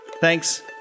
Thanks